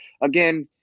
again